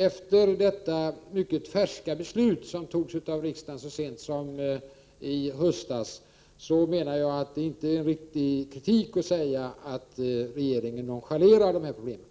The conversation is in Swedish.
Efter detta mycket färska beslut, som togs i riksdagen så sent som i höstas, menar jag att det inte är riktig kritik att säga att regeringen nonchalerar de här problemen.